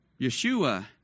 Yeshua